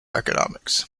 economics